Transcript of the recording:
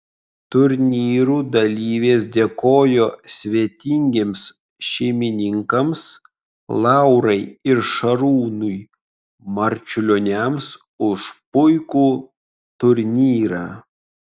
turnyrų dalyvės dėkojo svetingiems šeimininkams laurai ir šarūnui marčiulioniams už puikų turnyrą